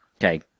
Okay